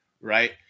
right